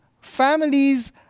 families